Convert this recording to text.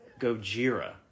gojira